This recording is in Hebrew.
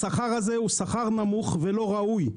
השכר הזה נמוך ולא ראוי,